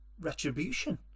retribution